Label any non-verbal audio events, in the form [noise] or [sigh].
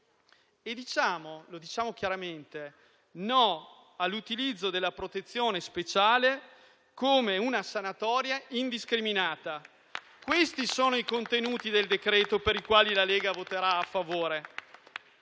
dei CPR e diciamo chiaramente no all'utilizzo della protezione speciale come una sanatoria indiscriminata. [applause] Questi sono i contenuti del decreto-legge sui quali la Lega voterà a favore.